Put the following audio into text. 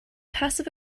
passive